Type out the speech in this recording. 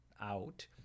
out